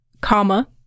comma